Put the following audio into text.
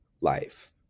life